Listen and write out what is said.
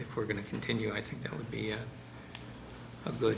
if we're going to continue i think it would be a good